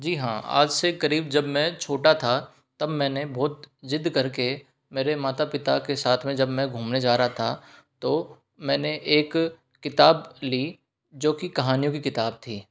जी हाँ आज से करीब जब मैं छोटा था तब मैंने बहुत जिद करके मेरे माता पिता के साथ में जब मैं घूमने जा रहा था तो मैंने एक किताब ली जो कि कहानियों की किताब थी